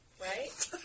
right